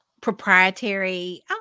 proprietary